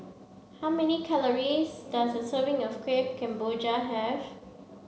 how many calories does a serving of Kueh Kemboja have